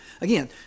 Again